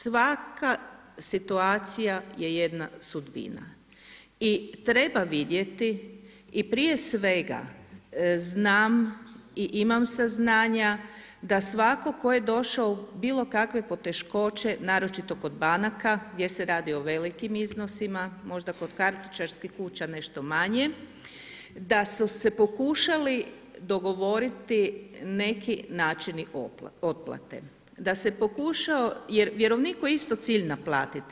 Svaka situacija je jedna sudbina i treba vidjeti i prije svega znam i imam saznanja da svatko tko je došao u bilo kakve poteškoće, naročito kod banaka, gdje se radi o velikim iznosima, možda kod kartičarskih kuća nešto manje, da su pokušali dogovoriti neki načini otplate, da se pokušao jer vjerovniku je isto cilj naplatiti.